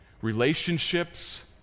relationships